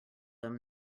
him